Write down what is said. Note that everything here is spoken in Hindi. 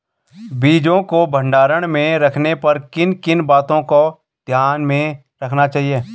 बीजों को भंडारण में रखने पर किन किन बातों को ध्यान में रखना चाहिए?